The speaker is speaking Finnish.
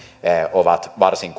on varsin